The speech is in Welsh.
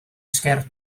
sgert